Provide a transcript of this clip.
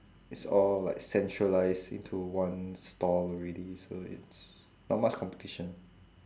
it's all like centralised into one store already so it's not much competition